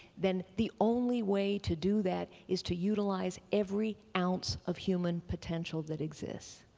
then the only way to do that is to utilize every ounce of human potential that exists.